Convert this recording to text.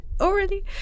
already